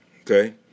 okay